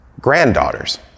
granddaughters